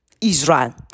Israel